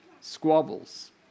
squabbles